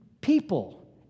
people